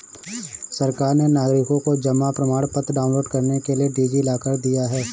सरकार ने नागरिकों को जमा प्रमाण पत्र डाउनलोड करने के लिए डी.जी लॉकर दिया है